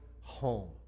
home